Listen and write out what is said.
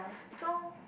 so